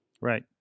Right